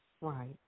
Right